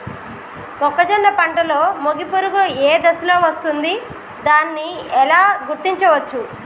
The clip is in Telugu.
మొక్కజొన్న పంటలో మొగి పురుగు ఏ దశలో వస్తుంది? దానిని ఎలా గుర్తించవచ్చు?